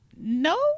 No